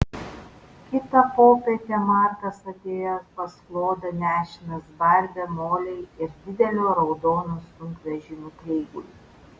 kitą popietę markas atėjo pas klodą nešinas barbe molei ir dideliu raudonu sunkvežimiu kreigui